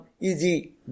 easy